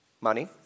money